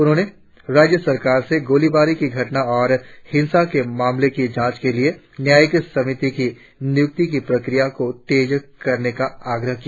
उन्होंने राज्य सरकार से गोलीबारी की घटना और हिंसा के मामले की जांच के लिए न्यायिक समिति की नियुक्ति की प्रक्रिया को तेजे करने का भी आग्रह किया